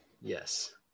Yes